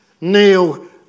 Neil